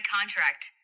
contract